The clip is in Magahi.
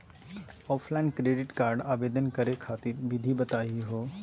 ऑफलाइन क्रेडिट कार्ड आवेदन करे खातिर विधि बताही हो?